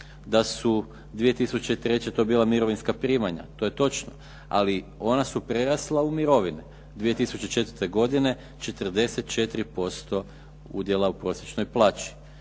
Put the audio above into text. da su 2003. to bila mirovinska primanja. To je točno. Ali su ona prerasla u mirovine. 2004. godine 44% udjela u prosječnoj plaći.